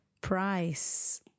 Price